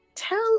Tell